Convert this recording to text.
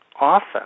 often